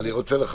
(היו"ר יעקב אשר) אני רוצה לחבר